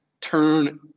turn